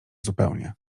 zupełnie